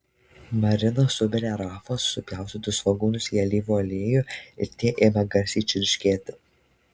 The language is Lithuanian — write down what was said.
marina subėrė rafos supjaustytus svogūnus į alyvų aliejų ir tie ėmė garsiai čirškėti